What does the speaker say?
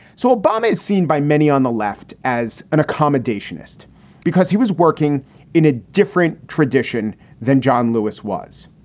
so obama is seen by many on the left as an accommodationist because he was working in a different tradition than john lewis was.